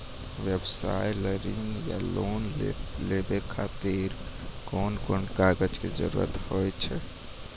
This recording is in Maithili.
व्यवसाय ला ऋण या लोन लेवे खातिर कौन कौन कागज के जरूरत हाव हाय?